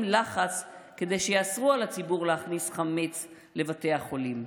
לחץ כדי שיאסרו על הציבור להכניס חמץ לבתי החולים.